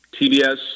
TBS